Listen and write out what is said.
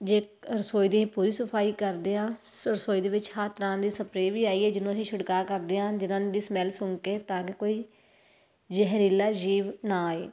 ਜੇ ਰਸੋਈ ਦੀ ਪੂਰੀ ਸਫਾਈ ਕਰਦੇ ਹਾਂ ਰਸੋਈ ਦੇ ਵਿੱਚ ਹਰ ਤਰ੍ਹਾਂ ਦੀ ਸਪਰੇਅ ਵੀ ਆਈ ਹੈ ਜਿਹਨੂੰ ਅਸੀਂ ਛਿੜਕਾ ਕਰਦੇ ਹਾਂ ਜਿਹਨਾਂ ਦੀ ਸਮੈੱਲ ਸੁੰਘ ਕੇ ਤਾਂ ਕਿ ਕੋਈ ਜਹਿਰੀਲਾ ਜੀਵ ਨਾ ਆਏ